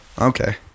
Okay